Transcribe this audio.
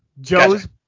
Joe's